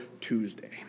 Tuesday